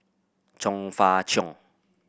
Chong Fah Cheong